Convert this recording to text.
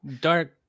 dark